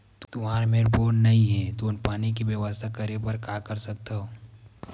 तुहर मेर बोर नइ हे तुमन पानी के बेवस्था करेबर का कर सकथव?